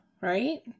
right